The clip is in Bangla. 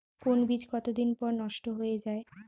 কোন বীজ কতদিন পর নষ্ট হয়ে য়ায়?